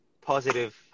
positive